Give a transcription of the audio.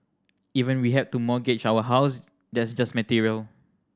even we had to mortgage our house that's just material